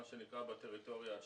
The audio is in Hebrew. מה שנקרא בטריטוריה השלילית,